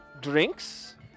Drinks